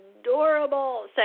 adorable